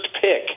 pick